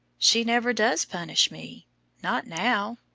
she never does punish me not now,